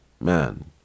man